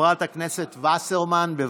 חברת הכנסת וסרמן, בבקשה.